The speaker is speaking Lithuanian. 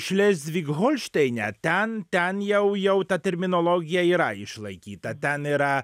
šlezvig holšteine ten ten jau jau ta terminologija yra išlaikyta ten yra